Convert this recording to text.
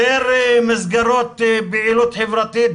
יותר מסגרות פעילות חברתית.